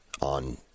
on